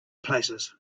places